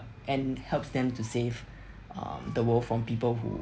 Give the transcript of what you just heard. and helps them to save um the world from people who